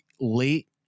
late